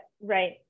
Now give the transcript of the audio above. right